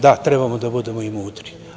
Da, treba da budemo i mudri.